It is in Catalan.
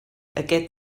aquest